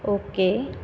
okay